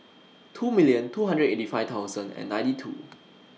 two million two hundred and eighty five thousand and ninety two